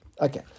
Okay